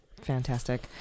fantastic